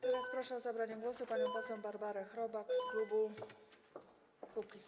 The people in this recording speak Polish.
Teraz proszę o zabranie głosu panią poseł Barbarę Chrobak z klubu Kukiz’15.